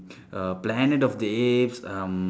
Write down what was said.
uh planet of the apes um